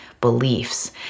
beliefs